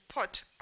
put